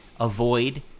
avoid